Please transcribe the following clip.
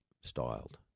styled